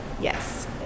yes